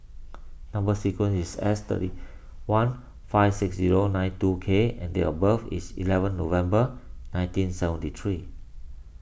Number Sequence is S thirty one five six zero nine two K and date of birth is eleven November nineteen seventy three